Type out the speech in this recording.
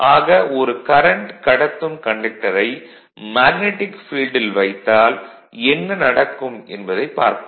ஆக ஒரு கரண்ட் கடத்தும் கண்டக்டரை மேக்னடிக் ஃபீல்டில் வைத்தால் என்ன நடக்கும் என்பதைப் பார்த்தோம்